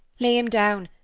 lay him down.